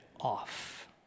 off